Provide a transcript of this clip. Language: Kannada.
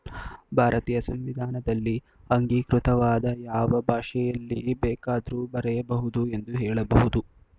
ಭಾರತೀಯ ಸಂವಿಧಾನದಲ್ಲಿ ಅಂಗೀಕೃತವಾದ ಯಾವ ಭಾಷೆಯಲ್ಲಿ ಬೇಕಾದ್ರೂ ಬರೆಯ ಬಹುದು ಎಂದು ಹೇಳಬಹುದು